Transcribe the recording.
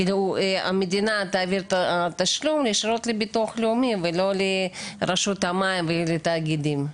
המדינה תעביר את התשלום ישירות לביטוח לאומי ולא לרשות המים ולתאגידים,